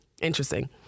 Interesting